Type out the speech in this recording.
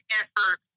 effort